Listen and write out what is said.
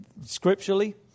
Scripturally